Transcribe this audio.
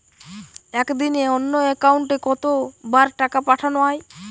একদিনে অন্য একাউন্টে কত বার টাকা পাঠানো য়ায়?